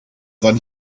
than